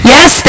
Yes